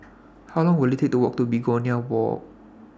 How Long Will IT Take to Walk to Begonia Walk